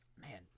Man